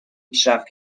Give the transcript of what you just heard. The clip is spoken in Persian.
پیشرفت